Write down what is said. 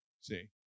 See